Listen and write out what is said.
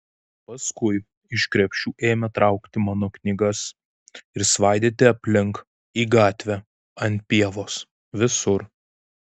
paskui iš krepšių ėmė traukti mano knygas ir svaidyti aplink į gatvę ant pievos visur